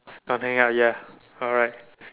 don't hang up ya alright